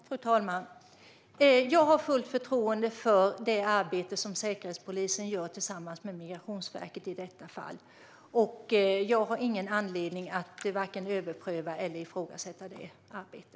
Fru talman! Jag har fullt förtroende för det arbete som Säkerhetspolisen gör tillsammans med Migrationsverket i detta fall, och jag har ingen anledning att vare sig överpröva eller ifrågasätta detta arbete.